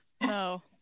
no